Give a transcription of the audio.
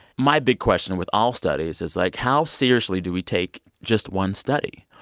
my big question with all studies is, like, how seriously do we take just one study?